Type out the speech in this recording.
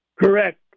Correct